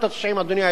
אדוני היושב-ראש,